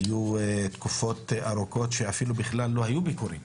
היו תקופות ארוכות שאפילו בכלל לא היו ביקורים.